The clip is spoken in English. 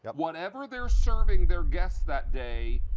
but whatever they're serving their guests that day,